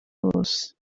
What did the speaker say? bose